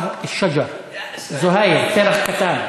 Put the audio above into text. הקטנה לפרח של עץ.) זוהייר, פרח קטן.